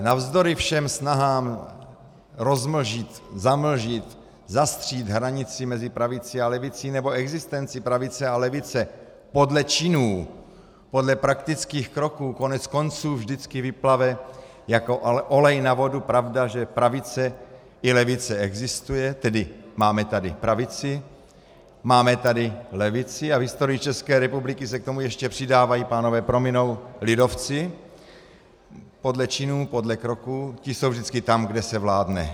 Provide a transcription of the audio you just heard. Navzdory všem snahám rozmlžit, zamlžit, zastřít hranici mezi pravicí a levicí nebo existencí pravice a levice podle činů, podle praktických kroků koneckonců vždycky vyplave jako olej na vodu pravda, že pravice i levice existuje, tedy máme tady pravici, máme tady levici, a v historii České republiky se k tomu ještě přidávají, pánové prominou, lidovci, podle činů, podle kroků, ti jsou vždycky tam, kde se vládne.